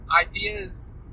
ideas